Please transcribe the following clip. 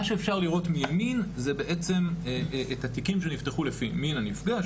שאפשר לראות מימין זה בעצם את התיקים שנפתחו לפי מין הנפגע,